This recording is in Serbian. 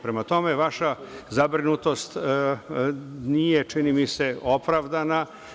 Prema tome, vaša zabrinutost nije, čini mi se, opravdana.